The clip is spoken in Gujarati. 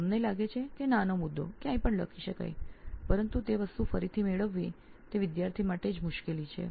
આપને લાગે છે કે નાનો મુદ્દો ક્યાંય પણ લખી શકાય પરંતુ તે વસ્તુ ફરીથી શોધવી એ વિદ્યાર્થી માટે મુશ્કેલી જ છે